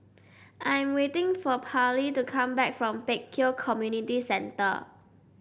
I'm waiting for Pallie to come back from Pek Kio Community Centre